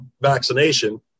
vaccination